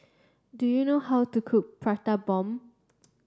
do you know how to cook Prata Bomb